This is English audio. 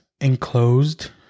enclosed